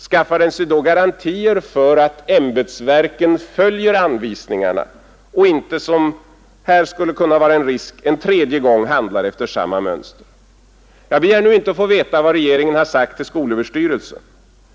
Skaffar den sig då garantier för att ämbetsverken följer anvisningarna och inte såsom här kanske en tredje gång handlar efter samma mönster? Jag begär inte att få veta vad regeringen sagt till skolöverstyrelsen.